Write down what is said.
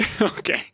Okay